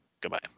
Goodbye